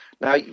Now